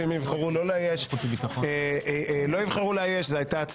ואם הן יבחרו לא לאייש, לא יבחרו לאייש.